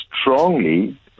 strongly